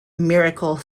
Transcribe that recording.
miracle